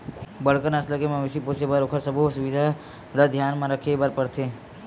बड़का नसल के मवेशी पोसे बर ओखर सबो सुबिधा ल धियान म राखे बर परथे